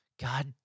God